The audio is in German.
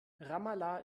ramallah